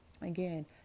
again